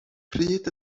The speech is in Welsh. pryd